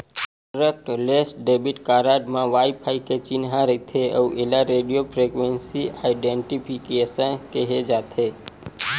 contactless debit card म wifi के चिन्हा रहिथे अउ एला रेडियो फ्रिवेंसी आइडेंटिफिकेसन केहे जाथे